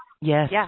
Yes